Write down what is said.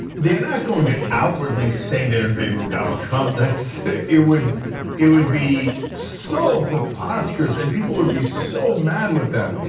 they're not going to outwardly say they're in favor of donald trump. it would it would be so preposterous, and people would be so mad with them.